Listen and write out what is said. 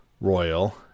Royal